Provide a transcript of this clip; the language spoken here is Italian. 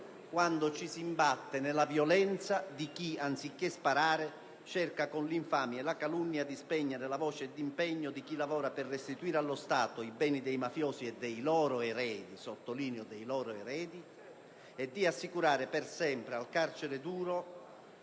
quando ci si imbatte nella violenza di chi, anziché sparare, cerca con l'infamia e la calunnia di spegnere la voce e l'impegno di chi lavora per restituire allo Stato i beni dei mafiosi, e soprattutto - lo sottolineo - dei loro eredi, e per assicurare per sempre al carcere duro